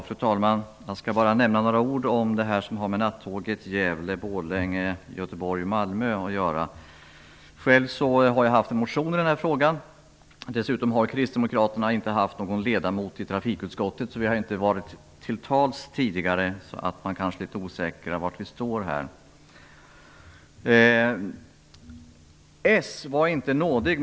Fru talman! Jag skall bara nämna några ord om det som har att göra med nattåget Gävle-Borlänge Själv har jag väckt en motion i frågan. Vi kristdemokrater har inte haft någon ledamot i trafikutskottet, vilket gjort att vi inte kommit till tals tidigare. Det kan kanske därför verka litet osäkert var vi står i frågan.